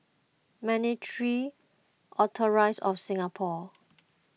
Monetary Authorize of Singapore